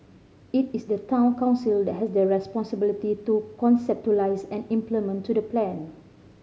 it is the Town Council that has the responsibility to conceptualise and implement the plan